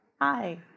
Hi